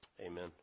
amen